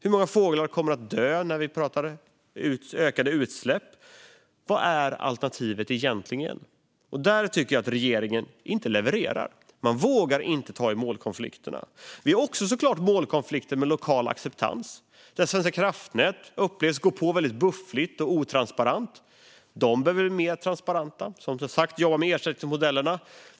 Hur många fåglar kommer att dö på grund av ökade utsläpp? Vad är egentligen alternativet? Här tycker jag att regeringen inte levererar. Man vågar inte ta i målkonflikterna. Vi har såklart också målkonflikter med lokal acceptans. Svenska kraftnät upplevs gå på väldigt buffligt och otransparent. De behöver bli mer transparenta, till exempel med ersättningsmodellerna.